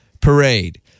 Parade